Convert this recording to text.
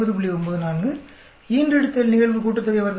94 ஈன்றெடுத்தல் நிகழ்வு கூட்டுத்தொகை வர்க்கங்கள் 5